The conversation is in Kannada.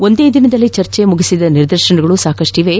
ಒಂದೇ ದಿನದಲ್ಲಿ ಚರ್ಚೆ ಮುಗಿಸಿದ ನಿದರ್ಶನಗಳು ಸಾಕಷ್ಟಿವೆ